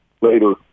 Later